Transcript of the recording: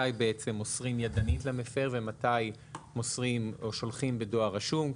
מתי בעצם מוסרים ידנית למפר ומתי שולחים בדואר רשום.